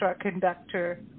conductor